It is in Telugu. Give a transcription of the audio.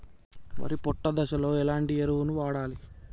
వరి పొట్ట దశలో ఎలాంటి ఎరువును వాడాలి?